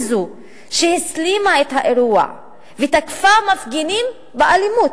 שהסלימה את האירוע ותקפה מפגינים באלימות.